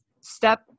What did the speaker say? step